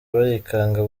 barikanga